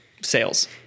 sales